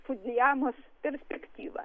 fudzijamos perspektyvą